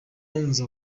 nza